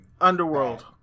Underworld